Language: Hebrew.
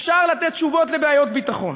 אפשר לתת תשובות על בעיות ביטחון.